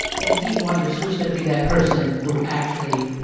and he wonders, who is going to be that person who actually